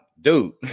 dude